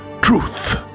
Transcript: truth